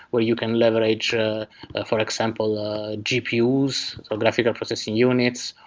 where you can leverage for for example gpu use, graphical processing units,